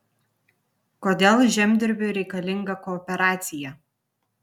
kodėl žemdirbiui reikalinga kooperacija